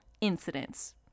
incidents